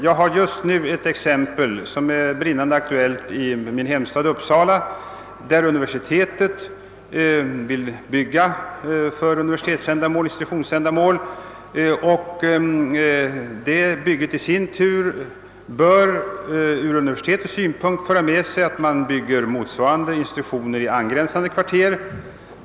Jag har just i min hemstad Uppsala ett exempel som är brinnande aktuellt. Där vill universitetet bygga för institutionsändamål, och detta bygge bör ur universitetets synpunkt föra med sig uppförandet av en del institutioner i angränsande kvarter.